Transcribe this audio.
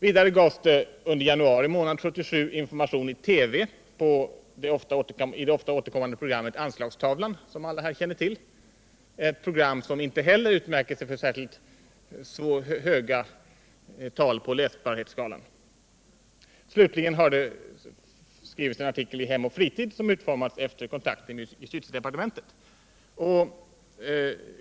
Vidare lämnades under januari månad 1977 information i TV i det ofta återkommande programmet Anslagstavlan — som alla här känner till, ett program som inte heller utmärker sig för att vara svårbegripligt. Slutligen finns det också en artikel i Hem och Fritid som utformats efter kontakter med justitiedepartementet.